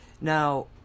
Now